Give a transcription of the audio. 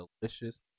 delicious